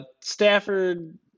Stafford